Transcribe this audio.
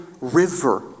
river